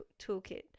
Toolkit